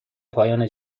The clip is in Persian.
پایان